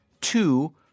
Two